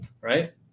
right